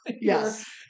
Yes